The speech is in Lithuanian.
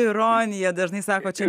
ironija dažnai sako čia